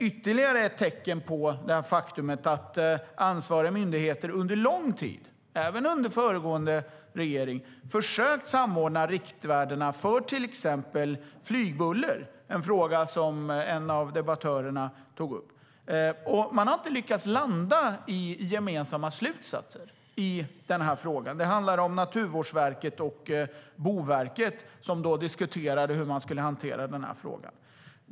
Ytterligare ett tecken på detta faktum är att ansvariga myndigheter under lång tid - även under föregående regering - har försökt samordna riktvärdena för till exempel flygbuller, en fråga som en av debattörerna tog upp. Man har inte lyckats landa i gemensamma slutsatser i den här frågan. Det var Naturvårdsverket och Boverket som då diskuterade hur man skulle hantera den.